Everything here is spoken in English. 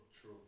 true